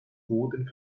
boden